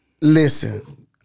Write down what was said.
Listen